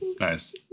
Nice